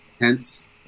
hence